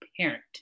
parent